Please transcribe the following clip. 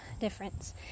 difference